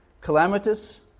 Calamitous